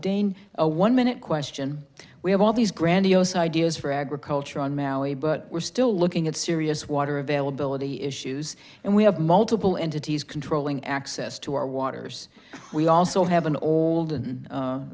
n a one minute question we have all these grandiose ideas for agriculture on maui but we're still looking at serious water availability issues and we have multiple entities controlling access to our waters we also have an old and